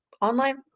online